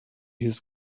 his